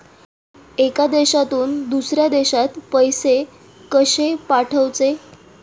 एका देशातून दुसऱ्या देशात पैसे कशे पाठवचे?